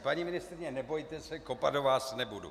Paní ministryně, nebojte se, kopat do vás nebudu.